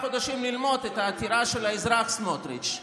חודשים ללמוד את העתירה של האזרח סמוטריץ'.